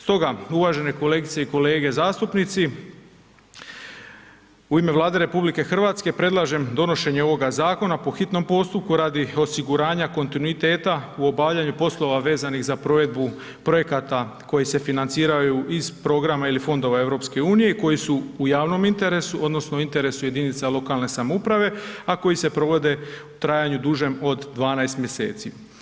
Stoga uvažene kolegice i kolege zastupnici, u ime Vlade RH predlažem donošenje ovoga zakona po hitnom postupku radi osiguranja kontinuiteta u obavljanju poslova vezanih za provedbu projekata koji se financiranju iz programa ili fondova EU i koji su u javnom interesu odnosno u interesu jedinica lokalne samouprave, a koji se provede u trajanju dužem od 12 mjeseci.